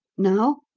now?